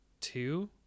two